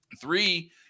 three